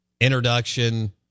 introduction